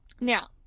Now